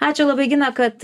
ačiū labai gina kad